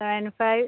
nine five